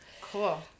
Cool